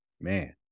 Man